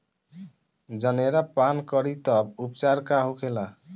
जनेरा पान करी तब उपचार का होखेला?